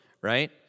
right